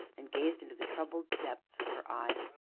and gazed into the troubled depths of her eyes.